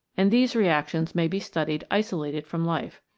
and these reactions may be studied isolated from life.